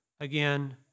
Again